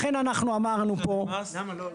לכן אנחנו אמרנו פה --- למה הוא משלם מס?